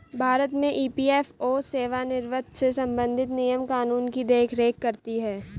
भारत में ई.पी.एफ.ओ सेवानिवृत्त से संबंधित नियम कानून की देख रेख करती हैं